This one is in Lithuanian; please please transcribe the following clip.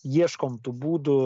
ieškom tų būdų